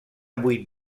vuit